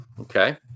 okay